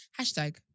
hashtag